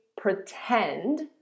pretend